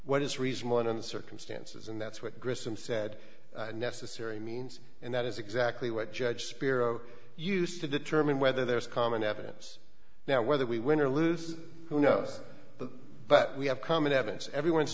what is reasonable in the circumstances and that's what grissom said necessary means and that is exactly what judge spiro used to determine whether there's common evidence now whether we win or lose who knows but we have common evidence everyone's